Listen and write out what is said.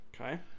Okay